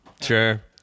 sure